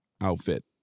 outfit